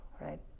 right